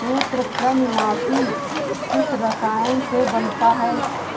सूत्रकृमिनाशी किस रसायन से बनता है?